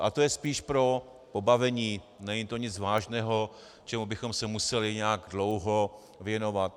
Ale to je spíš pro pobavení, není to nic vážného, čemu bychom se měli nějak dlouho věnovat.